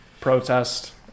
protest